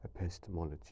epistemology